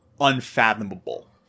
unfathomable